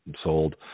sold